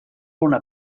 una